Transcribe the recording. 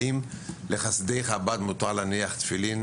האם לחסידי חב"ד מותר להניח תפילין,